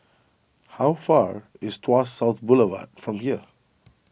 how far is Tuas South Boulevard from here